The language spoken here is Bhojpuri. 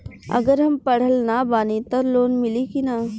अगर हम पढ़ल ना बानी त लोन मिली कि ना?